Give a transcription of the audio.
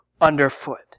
underfoot